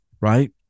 right